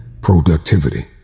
productivity